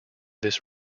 this